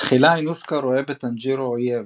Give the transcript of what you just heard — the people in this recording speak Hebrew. תחילה אינוסקה רואה בטאנג'ירו אויב,